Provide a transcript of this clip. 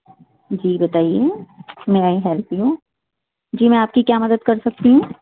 جی بتائیے may I help you جی میں آپ کی کیا مدد کر سکتی ہوں